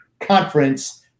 Conference